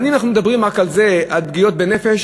אבל אם אנחנו מדברים רק על זה, על פגיעות בנפש,